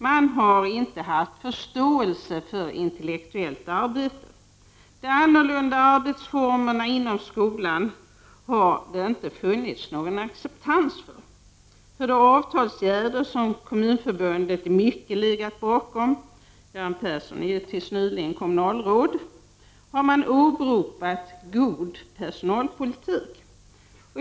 Man har inte haft förståelse för intellektuellt arbete. De annorlunda arbetsformerna inom skolan har det inte funnits någon acceptans för. För de avtalsåtgärder som Kommunförbundet i mycket legat bakom — Göran Persson var ju fram till nyligen kommunalråd — har man åberopat god personalpolitik.